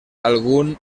algun